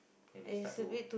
and they start to work